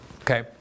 Okay